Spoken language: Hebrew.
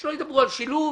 שלא ידברו על שילוב